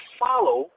follow